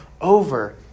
over